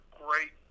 great